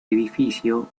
edificio